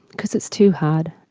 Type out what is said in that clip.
because it's too hard.